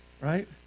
right